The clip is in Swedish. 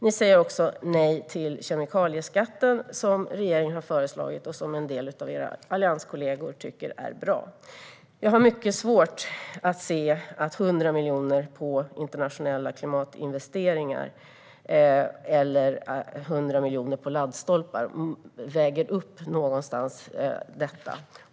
Ni säger också nej till kemikalieskatten som regeringen har föreslagit och som en del av era allianskollegor tycker är bra. Jag har mycket svårt att se att 100 miljoner på internationella klimatinvesteringar eller 100 miljoner på laddstolpar väger upp detta.